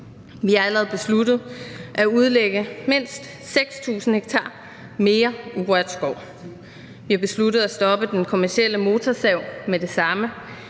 Vi har allerede besluttet at udlægge mindst 6.000 ha mere til urørt skov. Vi har besluttet at stoppe den kommercielle motorsav med det samme